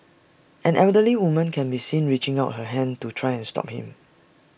an elderly woman can be seen reaching out her hand to try and stop him